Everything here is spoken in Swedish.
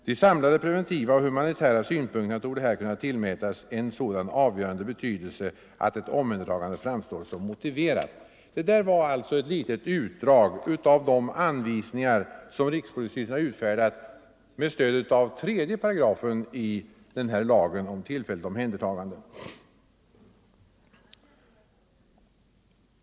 De samlade preventiva och humanitära synpunkterna torde här kunna tillmätas en sådan avgörande betydelse att ett omhändertagande framstår som motiverat.” Detta var ett litet utdrag av de anvisningar som rikspolisstyrelsen har utfärdat med stöd av 3 § lagen om tillfälligt omhändertagande.